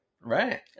Right